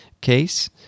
case